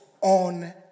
on